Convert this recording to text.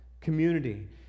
community